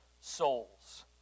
souls